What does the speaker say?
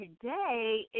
today